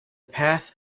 path